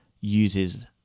uses